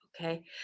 Okay